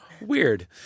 Weird